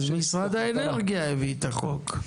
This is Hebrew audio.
אז משרד האנרגיה הביא את החוק.